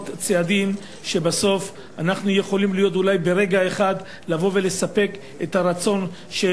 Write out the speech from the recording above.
צעדים שבסוף אנחנו יכולים ברגע אחד לבוא ולספק את הרצון של